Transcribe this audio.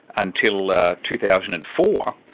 until two thousand and four,